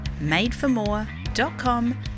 madeformore.com